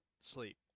sleep